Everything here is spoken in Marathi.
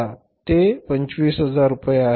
कच्च्या मालाचा क्लोजिंग स्टॉक किती रुपये आहे